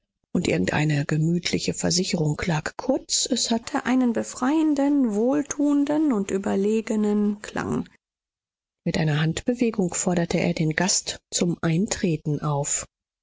und irgendeine gemütliche versicherung lag kurz es hatte einen befreienden wohltuenden und überlegenen klang mit einer handbewegung forderte er den gast zum eintreten auf